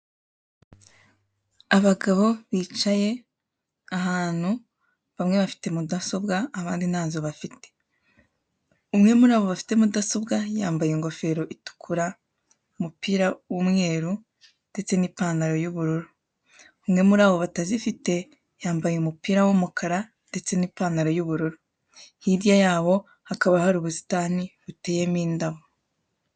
Abagabo bicaye ahantu, bamwe bafite mudasobwa abandi nazo bafite umwe murabo bafite mudasobwa yambaye ingofero itukura, umupira wumweru ndetse ni panaro yubururu, umwe murabo batazifite yambaye umupira w'umukara ndetse n'ipanaro y'ubururu. Hirya yabo hakaba hari ubusitani buteyemo indabo.